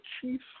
chief